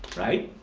right,